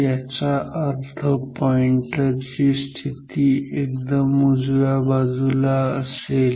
याचा अर्थ जर पॉईंटर ची स्थिती एकदम उजव्याबाजूला असेल